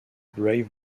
brave